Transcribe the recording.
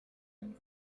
and